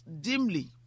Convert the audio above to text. dimly